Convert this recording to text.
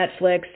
Netflix